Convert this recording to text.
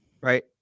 right